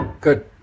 good